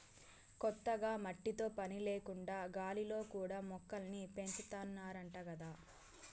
కొత్తగా మట్టితో పని లేకుండా గాలిలో కూడా మొక్కల్ని పెంచాతన్నారంట గదా